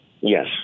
Yes